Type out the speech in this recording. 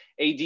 AD